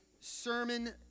sermon